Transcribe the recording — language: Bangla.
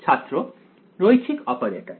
ছাত্র রৈখিক অপারেটর